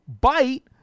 bite